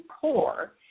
core